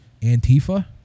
Antifa